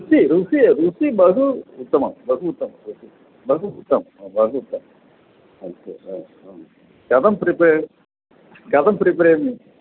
रुचिः रुचिः रुचिः बहु उत्तमं बहु उत्तमा रुचिः बहु उत्तमा बहु उत्तमा अस्तु कथं प्रिपे कथं प्रिपे